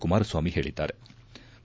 ಕುಮಾರಸ್ವಾಮಿ ಹೇಳದ್ದಾರೆ